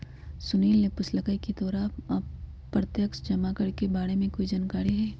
सुनील ने पूछकई की तोरा प्रत्यक्ष जमा के बारे में कोई जानकारी हई